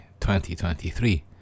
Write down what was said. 2023